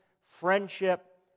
friendship